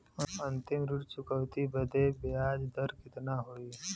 अंतिम ऋण चुकौती बदे ब्याज दर कितना होई?